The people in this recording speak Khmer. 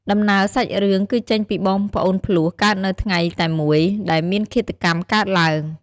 ដំណើរសាច់រឿង គឺចេញពីបងប្អូនភ្លោះកើតនៅថ្ងៃតែមួយដែលមានឃាតកម្មកើតឡើង។